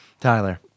Tyler